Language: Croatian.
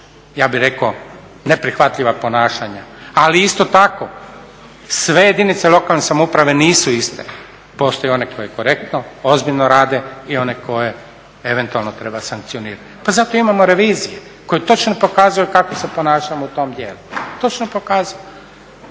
ja bih rekao neprihvatljiva ponašanja, ali isto tako sve jedinice lokalne samouprave nisu iste. Postoje one koje korektno, ozbiljno rade i one koje eventualno treba sankcionirati. Pa zato imamo revizije koje točno pokazuju kako se ponašamo u tom dijelu. Točno pokazuju